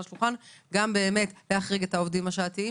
על השולחן: גם להחריג את העובדים השעתיים,